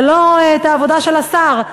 ולא את העבודה של השר.